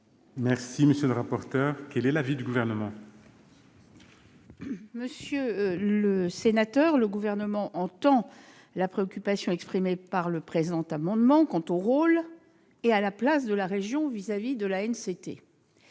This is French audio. émettra un avis défavorable. Quel est l'avis du Gouvernement ? Monsieur le sénateur, le Gouvernement entend la préoccupation exprimée par les auteurs de cet amendement quant au rôle et à la place de la région vis-à-vis de l'ANCT.